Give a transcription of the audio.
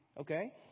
Okay